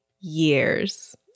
years